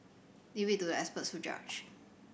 leave it to the experts to judge